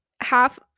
half